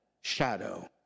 shadow